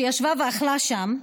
שישבה ואכלה שם,